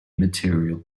material